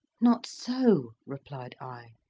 not so, replied i,